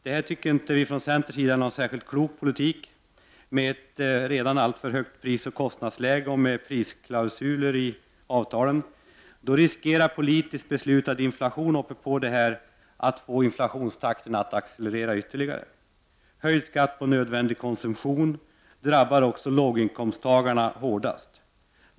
Det här är inte någon särskilt klok politik. Med ett redan alltför högt prisoch kostnadsläge och med prisklausuler i avtalen riskerar politiskt beslutad inflation ovanpå detta att få inflationstakten att accelerera ytterligare. Höjd skatt på nödvändig konsumtion drabbar också låginkomsttagarna hårdast.